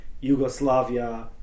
Yugoslavia